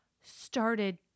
started